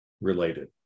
related